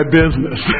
business